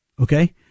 Okay